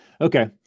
Okay